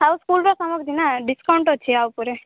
ଆଉ ସ୍କୁଲ୍ର ସାମଗ୍ରୀ ନା ଡିସ୍କାଉଣ୍ଟ୍ ଅଛି ଆ ଉପରେ